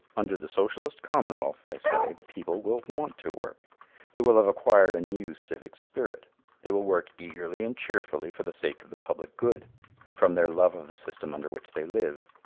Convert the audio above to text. under the socialist commonwealth, they say, the people will want to work they will have acquired a new civic spirit they will work eagerly and cheerfully for the sake of the public good and from their love of the system under which they live.